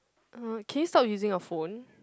uh can you stop using your phone